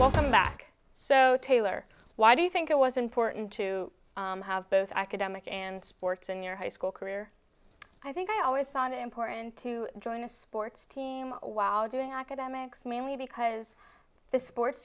welcome back so taylor why do you think it was important to have both economic and sports in your high school career i think i always found it important to join a sports team while doing academics mainly because the sports